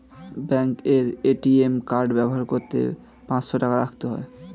bank থেকে ATM card ব্যবহার করতে পাঁচশো টাকা রাখতে হয়